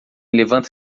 levanta